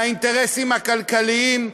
מהאינטרסים הכלכליים,